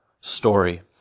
story